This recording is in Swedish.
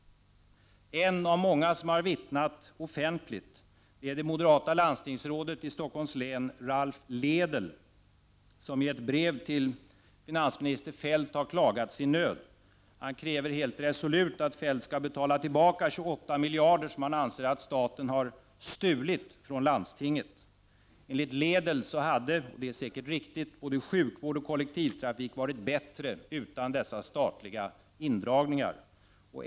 En av många som har vittnat offentligt om det är det moderata landstingsrådet i Stockholms län Ralph Lédel, som i ett brev till finansminister Feldt har klagat sin nöd. Han kräver helt resolut att Feldt skall betala tillbaka 28 miljarder som han anser att staten har ”stulit” från landstinget. Enligt Lédel hade — och det är säkert riktigt — både sjukvård och kollektivtrafik varit bättre utan dessa statliga indragningar.